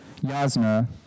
Yasna